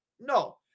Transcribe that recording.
No